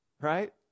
right